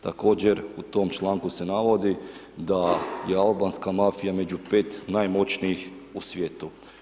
Također u tom članku se navodi da je albanska mafija među 5 najmoćnijih u svijetu.